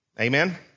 Amen